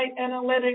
analytics